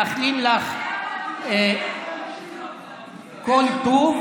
מאחלים לך כל טוב,